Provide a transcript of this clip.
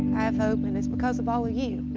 i have hope, and it's because of all of you.